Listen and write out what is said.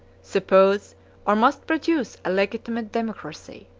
suppose or must produce a legitimate democracy.